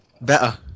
better